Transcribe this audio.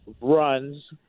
runs